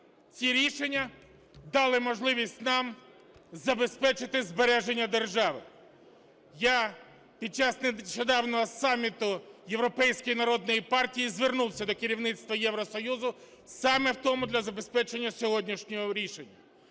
ці рішення, дали можливість нам забезпечити збереження держави. Я під час нещодавнього саміту Європейської народної партії звернувся до керівництва Євросоюзу саме в тому, для забезпечення сьогоднішнього рішення.